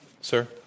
Sir